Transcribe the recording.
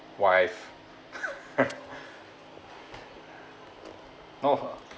wife no